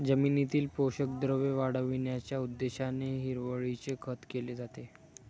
जमिनीतील पोषक द्रव्ये वाढविण्याच्या उद्देशाने हिरवळीचे खत केले जाते